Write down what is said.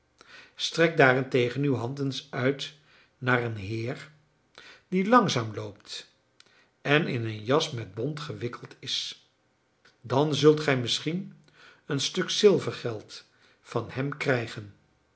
strek daarentegen uw hand eens uit naar een heer die langzaam loopt en in een jas met bont gewikkeld is dan zult gij misschien een stuk zilvergeld van hem krijgen